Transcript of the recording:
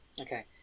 Okay